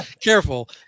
Careful